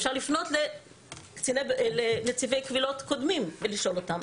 אפשר לפנות לנציבי קבילות קודמים ולשאול אותם.